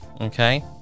okay